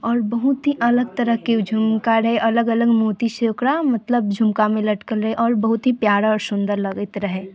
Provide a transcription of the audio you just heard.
आओर बहुत ही अलग तरहके झुमका रहय अलग अलग मोती छै ओकरा मतलब झुमकामे लटकल रहय आओर बहुत ही प्यारा आओर सुन्दर लगैत रहय